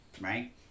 right